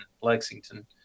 lexington